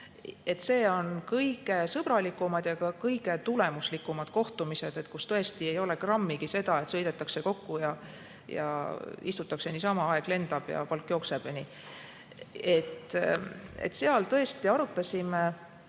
Need on kõige sõbralikumad ja ka kõige tulemuslikumad kohtumised, kus tõesti ei ole grammigi seda, et sõidetakse kokku ja istutakse niisama, aeg lendab, palk jookseb ja nii edasi. Seal tõesti arutasime,